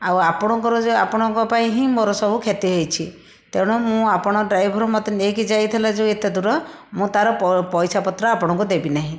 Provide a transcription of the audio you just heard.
ଆଉ ଆପଣଙ୍କର ଯେଉଁ ଆପଣଙ୍କ ପାଇଁ ହିଁ ମୋର ସବୁ କ୍ଷତି ହୋଇଛି ତେଣୁ ମୁଁ ଆପଣ ଡ୍ରାଇଭର ମୋତେ ନେଇକି ଯାଇଥିଲା ଯେଉଁ ଏତେ ଦୂର ମୁଁ ତାର ପପଇସା ପତ୍ର ଆପଣଙ୍କୁ ଦେବି ନାହିଁ